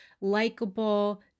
likable